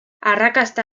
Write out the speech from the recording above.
arrakasta